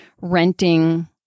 renting